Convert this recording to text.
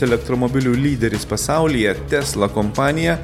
elektromobilių lyderis pasaulyje tesla kompanija